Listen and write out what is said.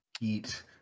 Eat